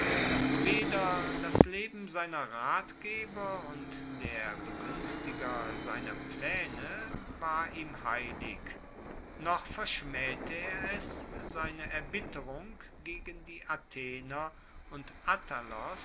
weder das leben seiner ratgeber und der beguenstiger seiner plaene war ihm heilig noch verschmaehte er es seine erbitterung gegen die athener und attalos